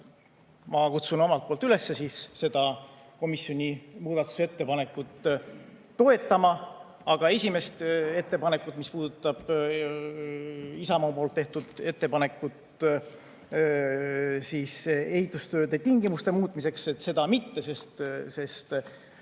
Ma kutsun omalt poolt üles seda komisjoni muudatusettepanekut toetama. Aga esimest ettepanekut, mis puudutab Isamaa tehtud ettepanekut ehitustööde tingimuste muutmiseks, seda mitte, sest